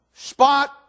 spot